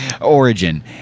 origin